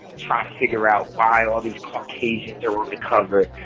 trying to figure out why all these caucasians are on the cover.